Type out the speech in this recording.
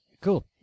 Cool